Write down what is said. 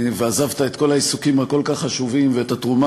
ועזבת את כל העיסוקים הכל-כך חשובים ואת התרומה